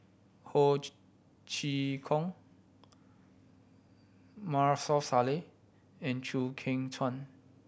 Ho Chee Kong Maarof Salleh and Chew Kheng Chuan